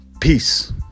Peace